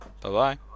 Bye-bye